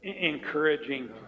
encouraging